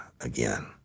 again